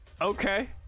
Okay